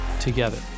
together